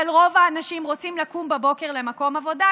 אבל רוב האנשים רוצים לקום בבוקר למקום עבודה,